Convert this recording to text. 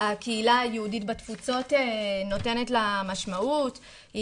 הקהילה היהודית בתפוצות נותנת לה משמעות,